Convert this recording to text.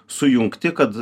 sujungti kad